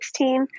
2016